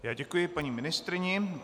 Já děkuji paní ministryni.